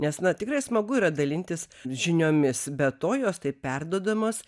nes na tikrai smagu yra dalintis žiniomis be to jos taip perduodamos